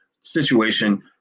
situation